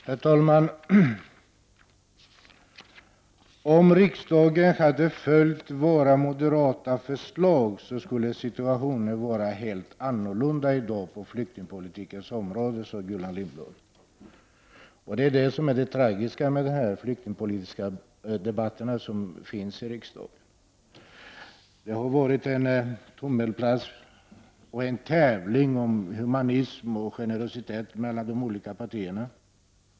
Herr talman! Om riksdagen hade följt våra moderata förslag, skulle situationen vara helt annorlunda i dag på flyktingpolitikens område, sade Gullan Lindblad. Det tragiska med riksdagens flyktingpolitiska debatter är att det har varit en tummelplats och en tävling mellan de olika partierna om att visa humanitet och generositet.